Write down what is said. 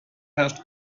herrscht